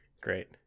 Great